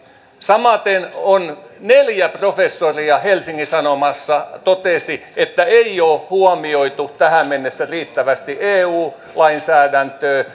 samaten on neljä professoria helsingin sanomissa todennut että ei ole huomioitu tähän mennessä riittävästi eu lainsäädäntöä